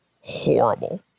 horrible